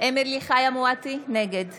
אמילי חיה מואטי, נגד